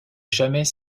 jamais